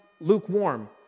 lukewarm